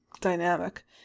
dynamic